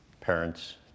parents